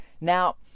Now